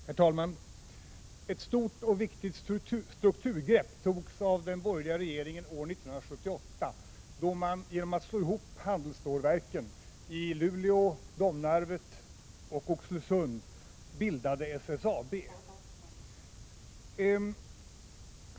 Herr talman! Ett stort och viktigt strukturgrepp togs av den borgerliga regeringen år 1978, då man genom att slå ihop handelsstålverken i Luleå, Domnarvet och Oxelösund bildade SSAB.